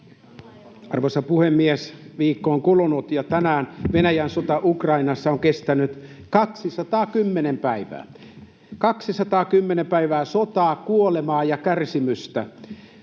Arvoisa puhemies! Viikko on kulunut, ja tänään Venäjän sota Ukrainassa on kestänyt 210 päivää — 210 päivää sotaa, kuolemaa ja kärsimystä.